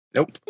Nope